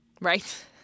Right